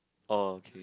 oh okay